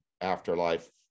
afterlife